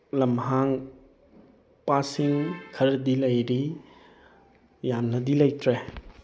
ꯂꯝꯍꯥꯡ ꯄꯥꯠꯁꯤꯡ ꯈꯔꯗꯤ ꯂꯩꯔꯤ ꯌꯥꯝꯅꯗꯤ ꯂꯩꯇ꯭ꯔꯦ